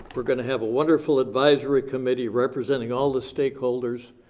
we're gonna have a wonderful advisory committee representing all the stakeholders.